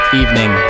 evening